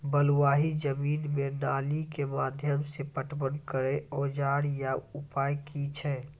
बलूआही जमीन मे नाली के माध्यम से पटवन करै औजार या उपाय की छै?